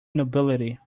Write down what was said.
nobility